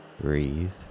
breathe